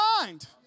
mind